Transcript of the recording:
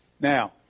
Now